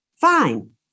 fine